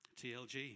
tlg